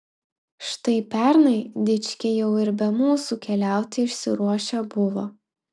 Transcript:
štai pernai dičkiai jau ir be mūsų keliauti išsiruošę buvo